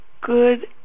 good